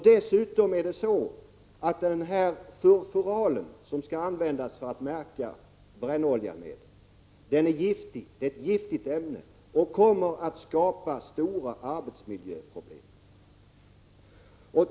Det ämne som skall användas för märkning är dessutom giftigt och kommer att skapa stora arbetsmiljöproblem.